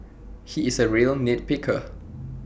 he is A real nit picker